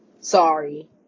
sorry